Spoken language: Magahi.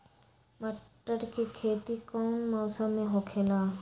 मटर के खेती कौन मौसम में होखेला?